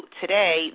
today